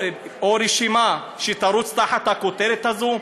או רשימה שתרוץ תחת הכותרת הזו?